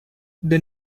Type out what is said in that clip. the